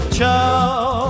Ciao